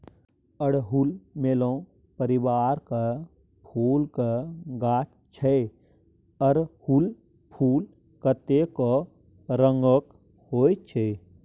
अड़हुल मेलो परिबारक फुलक गाछ छै अरहुल फुल कतेको रंगक होइ छै